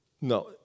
No